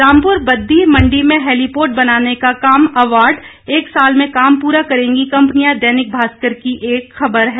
रामपुर बददी मंडी में हेलीपोर्ट बनाने का काम अवार्ड एक साल में काम पूरा करेंगी कंपनियां दैनिक भास्कर की एक खबर है